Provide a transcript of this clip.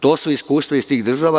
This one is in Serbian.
To su iskustva iz tih država.